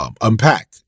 unpack